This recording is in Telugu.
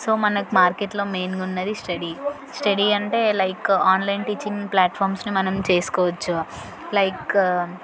సో మనకు మార్కెట్లో మెయిన్గా ఉన్నది స్టడీ స్టడీ అంటే లైక్ ఆన్లైన్ టీచింగ్ ప్లాట్ఫామ్స్ని మనం చేసుకోవచ్చు లైక్